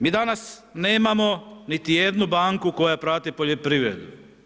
Mi danas nemamo niti jednu banku koja prati poljoprivredu.